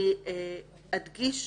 אני אדגיש